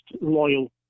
loyal